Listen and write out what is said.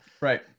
right